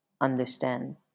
understand